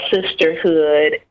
sisterhood